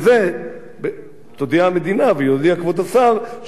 תודיע המדינה ויודיע כבוד השר שאכן אנחנו